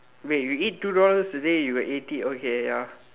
wait you need two dollars today you got eighty okay ya